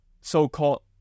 so-called